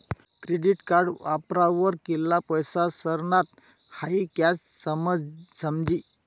credit card वापरावर कित्ला पैसा सरनात हाई कशं समजी